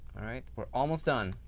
alright. we're almost done.